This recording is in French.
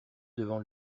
devant